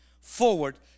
forward